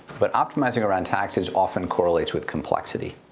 but optimizing around taxes often correlates with complexity.